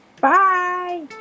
Bye